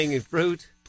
fruit